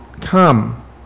come